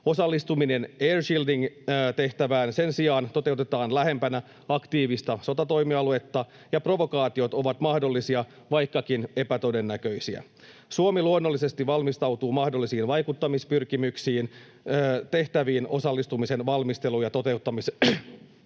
Osallistuminen air shielding ‑tehtävään sen sijaan toteutetaan lähempänä aktiivista sotatoimialuetta, ja provokaatiot ovat mahdollisia, vaikkakin epätodennäköisiä. Suomi luonnollisesti valmistautuu mahdollisiin vaikuttamispyrkimyksiin tehtäviin osallistumisen valmistelu‑ ja toteuttamisvaiheessa.